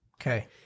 Okay